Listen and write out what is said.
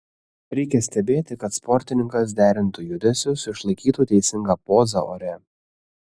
reikia stebėti kad sportininkas derintų judesius išlaikytų teisingą pozą ore